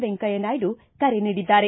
ವೆಂಕಯ್ಯ ನಾಯ್ಡು ಕರೆ ನೀಡಿದ್ದಾರೆ